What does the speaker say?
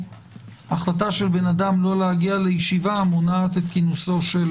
החלטה של אדם לא להגיע לישיבה מונעת כינוסו של